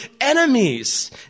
enemies